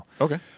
Okay